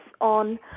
on